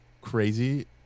crazy